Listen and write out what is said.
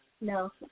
No